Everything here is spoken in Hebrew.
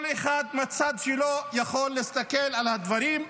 כל אחד מהצד שלו יכול להסתכל על הדברים.